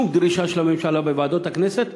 שום דרישה של הממשלה בוועדות הכנסת,